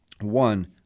one